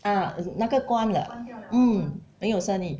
ah 那个关了 mm 没有生意